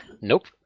Nope